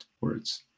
words